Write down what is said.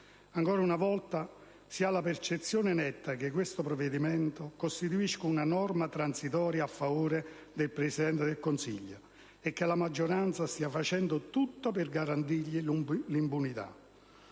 Ancora una volta si ha la percezione netta che questo provvedimento costituisca una norma transitoria a favore del Presidente del Consiglio e che la maggioranza stia facendo di tutto per garantirgli l'impunità.